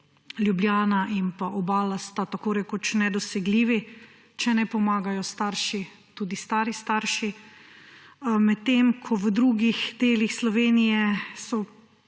Ljubljana in Obala sta tako rekoč nedosegljivi, če ne pomagajo starši, tudi stari starši, medtem ko v drugih delih Slovenije so